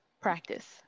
practice